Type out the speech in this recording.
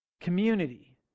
Community